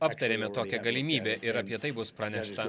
aptarėme tokią galimybę ir apie tai bus praneša